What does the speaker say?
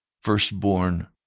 firstborn